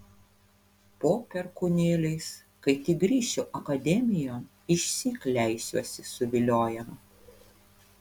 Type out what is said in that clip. po perkūnėliais kai tik grįšiu akademijon išsyk leisiuosi suviliojama